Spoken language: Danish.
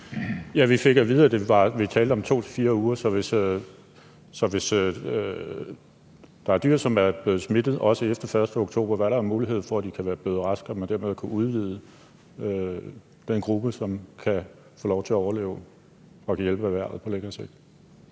Vi fik at vide, at vi talte om 2-4 uger, så hvis der er dyr, som er blevet smittet også efter den 1. oktober, vil der være en mulighed for, at de er blevet raske, og at man derved kunne udvide den gruppe, som kan få lov til at overleve, så man dermed kunne hjælpe erhvervet